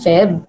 Feb